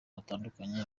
batandukanye